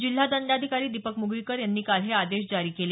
जिल्हादंडाधिकारी दीपक म्गळीकर यांनी काल हे आदेश जारी केले